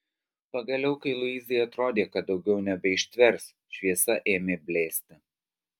pagaliau kai luizai atrodė kad daugiau nebeištvers šviesa ėmė blėsti